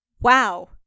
wow